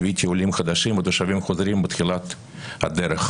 ליוויתי עולים חדשים ותושבים חוזרים בתחילת הדרך.